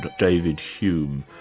david hume.